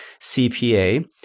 CPA